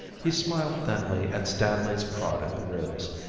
he smiled thinly at stanley's prod in the ribs,